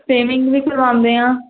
swimming ਵੀ ਕਰਵਾਉਂਦੇ ਆ